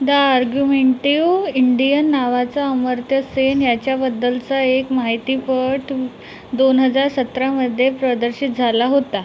the Argumentative Indian नावाचा अमर्त्य सेन याच्याबद्दलचा एक माहितीपट दोन हजार सतरामध्ये प्रदर्शित झाला होता